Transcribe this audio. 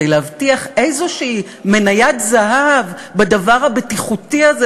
כדי להבטיח מניית זהב כלשהי בדבר הבטיחותי הזה,